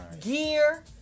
gear